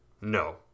No